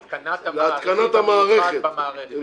להתקנת המערכת.